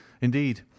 indeed